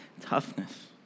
toughness